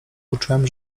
uczułem